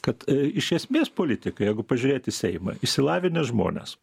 kad a iš esmės politikai jeigu pažiūrėt į seimą išsilavinę žmonės